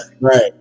right